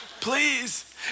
Please